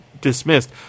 dismissed